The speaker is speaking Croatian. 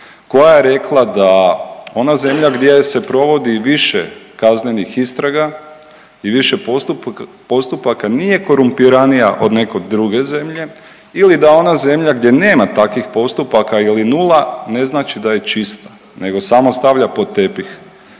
koja je rekla da ona zemlja gdje se provodi više kaznenih istraga i više postupaka nije korumpiranija od neke druge zemlje ili da ona zemlja gdje nema takvih postupaka ili nula, ne znači da je čista, nego samo stavlja pod tepih.